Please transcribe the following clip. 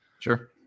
Sure